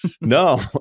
No